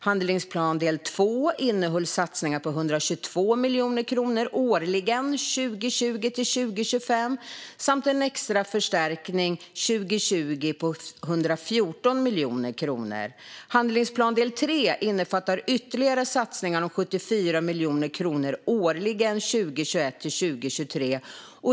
Handlingsplan del 2 innehöll satsningar på 122 miljoner kronor årligen 2020-2025 samt en extra förstärkning 2020 på 114 miljoner kronor. Handlingsplan del 3 innefattar ytterligare satsningar om 74 miljoner kronor årligen 2021-2023.